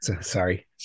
Sorry